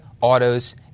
autos